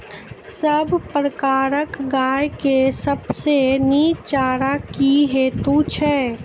सब प्रकारक गाय के सबसे नीक चारा की हेतु छै?